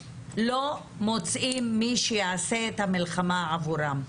לא מוצאים מי שיעשה את המאבק עבורן.